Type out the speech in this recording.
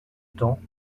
temps